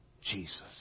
Jesus